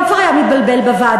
הוא כבר היה מתבלבל בוועדה.